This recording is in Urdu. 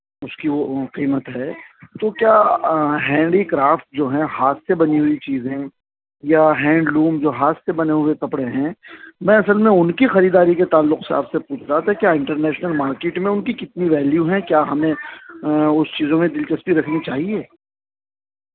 اس کی وہ قیمت ہے تو کیا ہینڈی کرافٹ جو ہیں ہاتھ سے بنی ہوئی چیزیں یا ہینڈ لوم جو ہاتھ سے بنے ہوئے کپڑے ہیں میں اصل میں ان کی خریداری کے تعلق سے آپ سے پوچھ رہا تھا کیا انٹر نیشنل مارکیٹ میں ان کی کتنی ویلیو ہیں کیا ہمیں اس چیزوں میں دلچسپی رکھنی چاہیے